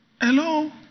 Hello